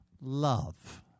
Love